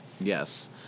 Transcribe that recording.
Yes